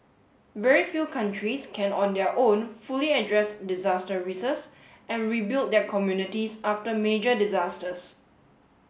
very few countries can on their own fully address disaster and rebuild their communities after major disasters